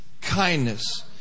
kindness